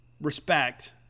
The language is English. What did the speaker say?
respect